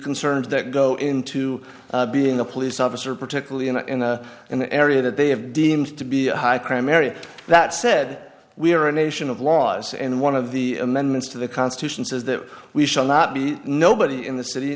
concerns that go into being a police officer particularly in an area that they have deemed to be a high crime area that said we are a nation of laws and one of the amendments to the constitution says that we shall not be nobody in the city